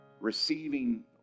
receiving